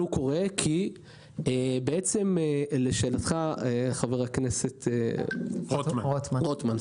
לשאלתך, חבר הכנסת רוטמן,